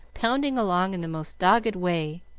pounding along in the most dogged way,